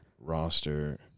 roster